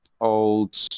old